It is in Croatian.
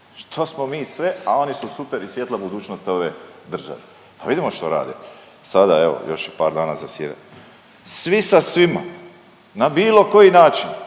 što smo mi sve, a oni su super i svjetla budućnost ove države. Pa vidimo što rade. Sada, evo još i par dana zasjedanja. Svi sa svima. Na bilo koji način,